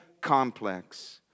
complex